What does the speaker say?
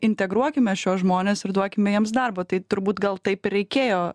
integruokime šiuos žmones ir duokime jiems darbo tai turbūt gal taip ir reikėjo